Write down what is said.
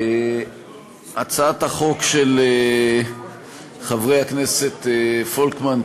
הצעת החוק של חברי הכנסת פולקמן,